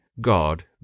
God